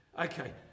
Okay